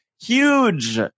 huge